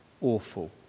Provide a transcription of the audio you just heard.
awful